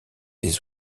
des